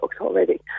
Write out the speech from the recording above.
already